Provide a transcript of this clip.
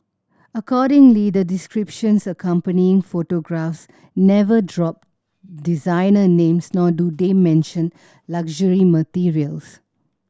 accordingly the descriptions accompanying photographs never drop designer names nor do they mention luxury materials